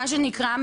מה שנקרא,